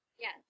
Yes